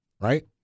right